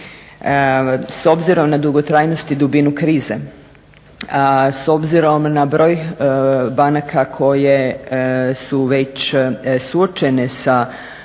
S obzirom na dugotrajnost i dubinu krize, s obzirom na broj banaka koje su već suočene sa